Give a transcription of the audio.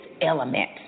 element